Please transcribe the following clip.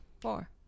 four